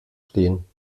stehen